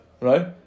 right